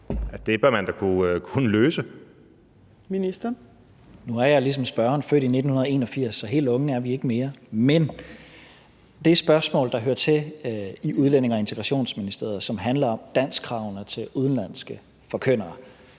(Mattias Tesfaye): Nu er jeg ligesom spørgeren født i 1981, så helt unge er vi ikke mere. Men det spørgsmål, der hører til i Udlændinge- og Integrationsministeriet, og som handler om danskkravene til udenlandske forkyndere,